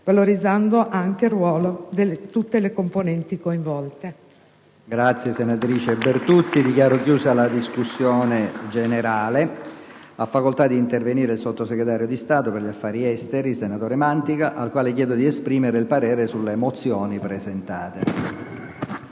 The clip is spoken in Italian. valorizzando anche il ruolo di tutte le componenti coinvolte.